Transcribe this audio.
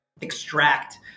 extract